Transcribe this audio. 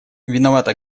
виновато